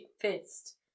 fist